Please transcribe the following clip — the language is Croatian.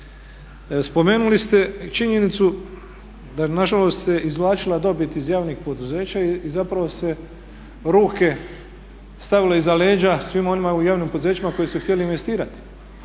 Spomenuli ste činjenicu da se nažalost izvlačila dobit iz javnih poduzeća i ruke su se stavile iza leđa svima onima u javnim poduzećima koji su htjeli investirati,